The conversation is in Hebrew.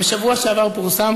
בשבוע שעבר פורסם